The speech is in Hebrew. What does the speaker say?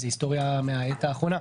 זו היסטוריה מהעת האחרונה.